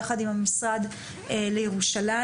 יחד עם המשרד לירושלים,